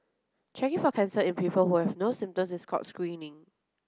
checking for cancer in people who have no symptoms is called screening